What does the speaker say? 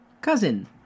Cousin